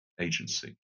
agency